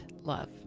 love